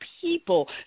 people